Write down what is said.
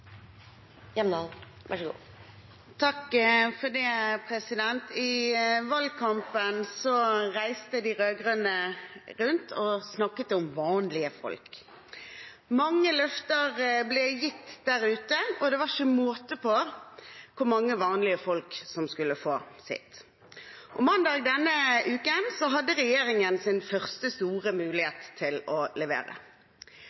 I valgkampen reiste de rød-grønne rundt og snakket om «vanlige folk». Mange løfter ble gitt der ute, og det var ikke måte på hvor mange vanlige folk som skulle få sitt. Mandag denne uken hadde regjeringen sin første store